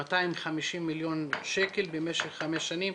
250 מיליון שקל במשך חמש שנים.